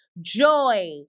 joy